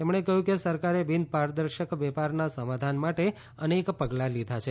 તેમણે કહ્યું કે સરકારે બિન પારદર્શક વેપારના સમાધાન માટે અનેક પગલાં લીધાં છે